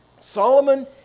Solomon